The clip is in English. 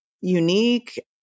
unique